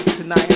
tonight